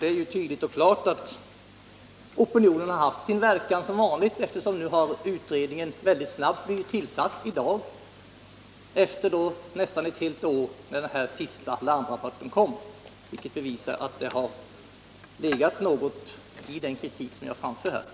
Det är tydligt och klart att opinionen som vanligt har haft sin verkan, eftersom en utredning blivit tillsatt väldigt snabbt i dag, nästan ett helt år efter det att den senaste larmrapporten kom. Det bevisar att det ligger något i den kritik som jag har framfört.